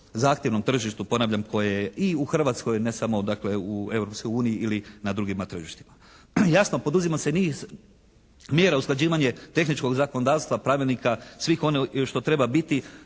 zahtjevnom tržištu, ponavljam koje je i u Hrvatskoj ne samo dakle u Europskoj uniji ili na drugima tržištima. Jasno poduzima se niz mjera, usklađivanje tehničkog zakonodavstva pravilnika, svih onih što treba biti